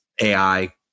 AI